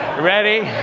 ready?